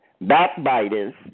backbiters